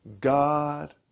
God